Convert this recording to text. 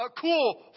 cool